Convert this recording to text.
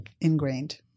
ingrained